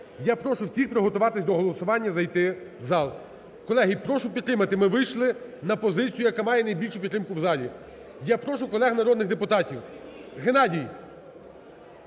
Я прошу всіх приготуватися до голосування, зайти в зал. Колеги, прошу підтримати. Ми вийшли на позицію, яка має найбільшу підтримку в залі. Я прошу колег народних депутатів. Геннадій,